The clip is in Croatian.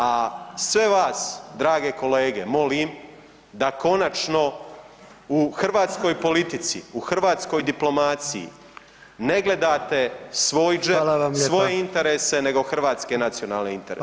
A sve vas drage kolege molim da konačno u hrvatskoj politici, u hrvatskoj diplomaciji, ne gledate svoj džep [[Upadica: Hvala vam lijepa]] svoje interese nego hrvatske nacionalne interese.